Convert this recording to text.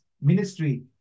ministry